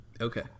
Okay